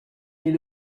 est